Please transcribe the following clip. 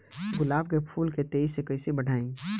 गुलाब के फूल के तेजी से कइसे बढ़ाई?